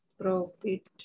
profit